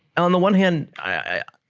on the one hand i